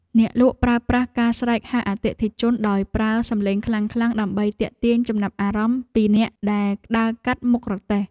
អ្នកលក់ប្រើប្រាស់ការស្រែកហៅអតិថិជនដោយប្រើសំឡេងខ្លាំងៗ ដើម្បីទាក់ទាញចំណាប់អារម្មណ៍ពីអ្នកដែលដើរកាត់មុខរទេះ។